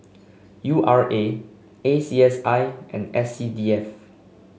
U R A A C S I and S C D F